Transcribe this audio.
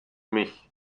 mich